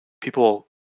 people